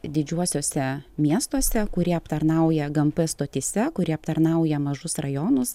didžiuosiuose miestuose kurie aptarnauja gmp stotyse kurie aptarnauja mažus rajonus